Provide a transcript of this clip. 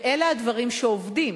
אלה הדברים שעובדים.